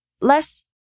less